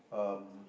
um